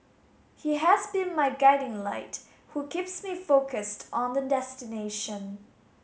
he has been my guiding light who keeps me focused on the destination